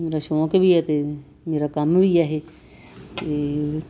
ਮੇਰਾ ਸ਼ੌਂਕ ਵੀ ਹੈ ਅਤੇ ਮੇਰਾ ਕੰਮ ਵੀ ਹੈ ਇਹ ਅਤੇ